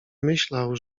myślał